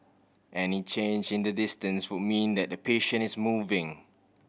any change in the distance would mean that the patient is moving